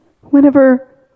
Whenever